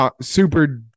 super